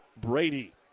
Brady